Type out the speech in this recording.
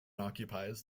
occupies